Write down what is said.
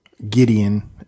Gideon